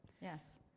yes